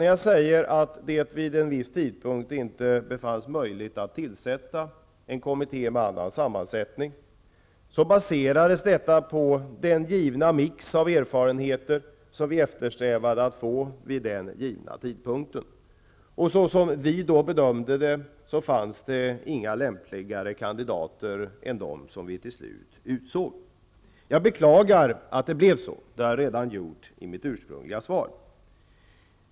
När jag säger att det vid en viss tidpunkt inte visade sig möjligt att tillsätta en kommitté med en annan sammansättning, baserades beslutet på den givna mix av erfarenheter vi eftersträvade att få vid den givna tidpunkten. Så som vi bedömde situationen fanns det inga lämpligare kandidater än dem som vi till slut utsåg. Jag beklagar att det blev så, och det har jag redan gjort i mitt ursprungliga svar.